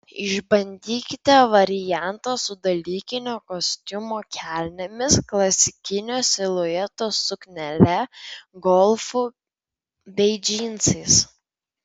išbandykite variantą su dalykinio kostiumo kelnėmis klasikinio silueto suknele golfu bei džinsais